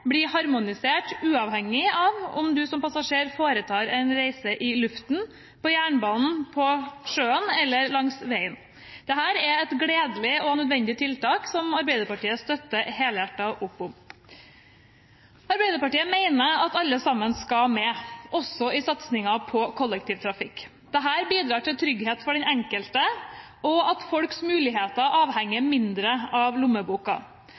blir harmonisert uavhengig av om en som passasjer foretar en reise i luften, på jernbanen, på sjøen eller på veien. Dette er et gledelig og nødvendig tiltak, som Arbeiderpartiet støtter helhjertet opp om. Arbeiderpartiet mener at alle sammen skal med, også i satsingen på kollektivtrafikk. Dette bidrar til trygghet for den enkelte og at folks muligheter avhenger mindre av lommeboka.